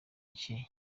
gacye